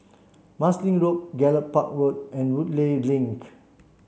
Marsiling Road Gallop Park Road and Woodleigh Link